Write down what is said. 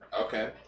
Okay